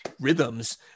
rhythms